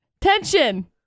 Tension